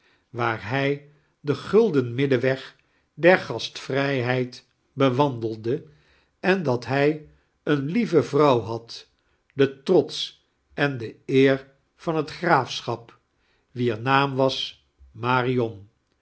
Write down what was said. waar hij den gulden middenweg der gastvrijheid bewandelde en dat hij eene lievie vrouw had de toots en de eer van het graafschap wier naam was marion